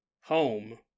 home